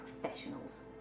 professionals